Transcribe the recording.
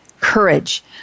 courage